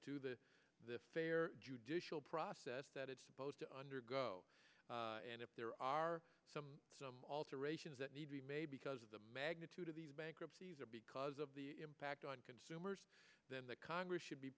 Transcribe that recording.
to the fair judicial process that it's supposed to undergo and if there are some alterations that need to be made because of the magnitude of these bankruptcies or because of the impact on consumers then that congress should be